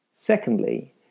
Secondly